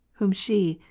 whom she,